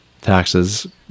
taxes